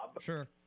sure